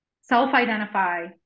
self-identify